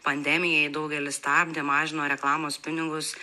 pandemijai daugelis stabdė mažino reklamos pinigus